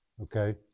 Okay